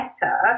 better